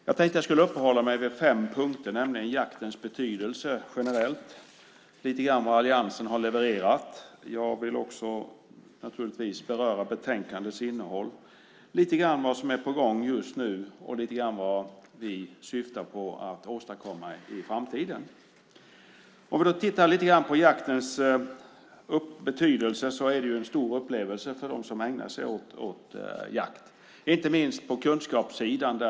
Jag tänkte att jag skulle uppehålla mig vid fem punkter: jaktens betydelse generellt, lite grann vad alliansen har levererat och naturligtvis betänkandets innehåll, lite grann vad som är på gång just nu och lite grann vad vi syftar på att åstadkomma i framtiden. Beträffande jaktens betydelse är jakten en stor upplevelse för dem som ägnar sig åt jakt, inte minst på kunskapssidan.